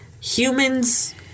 humans